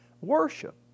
worship